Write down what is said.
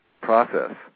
process